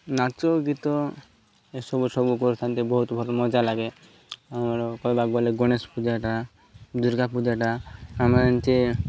ନାଚ ଗୀତ ଏସବୁ ସବୁ କରିଥାନ୍ତି ବହୁତ ଭଲ ମଜା ଲାଗେ ଆମର କହିବାକୁ ଗଲେ ଗଣେଶ ପୂଜାଟା ଦୁର୍ଗା ପୂଜାଟା ଆମେ ଏମିତି